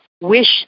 wish